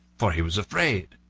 for he was afraid.